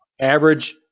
average